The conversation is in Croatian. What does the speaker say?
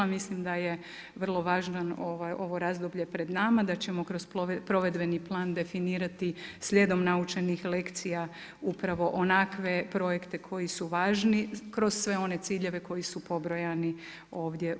Mislim da je vrlo važno ovo razdoblje pred nama, da ćemo kroz provedbeni plan definirati slijedom naučenih lekcija upravo onakve projekte koji su važni kroz sve one ciljeve koji su pobrojani ovdje u ovoj strategiji.